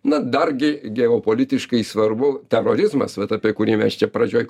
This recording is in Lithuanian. na dargi geopolitiškai svarbu terorizmas vat apie kurį mes čia pradžioj